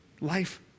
Life